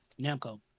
Namco